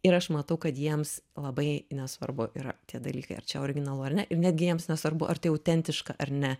ir aš matau kad jiems labai nesvarbu yra tie dalykai ar čia originalu ar ne ir netgi jiems nesvarbu ar tai autentiška ar ne